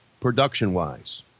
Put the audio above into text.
production-wise